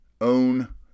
Own